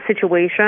situation